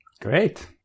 great